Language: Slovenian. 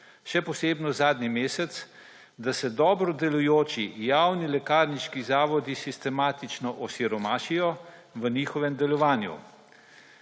še posebno zadnji mesec, da se dobro delujoči javni lekarniški zavodi sistematično osiromašijo v njihovem delovanju.